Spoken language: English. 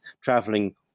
traveling